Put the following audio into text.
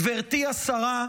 גברתי השרה,